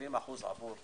70% עבור ותיקים.